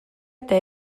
eta